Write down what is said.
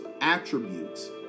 attributes